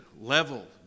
level